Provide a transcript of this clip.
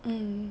hmm